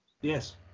yes